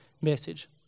message